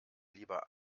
lieber